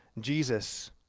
Jesus